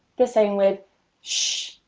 the same with sh,